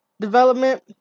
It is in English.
development